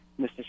Mr